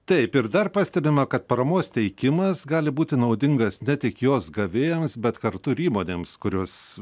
taip ir dar pastebima kad paramos teikimas gali būti naudingas ne tik jos gavėjams bet kartu įmonėms kurios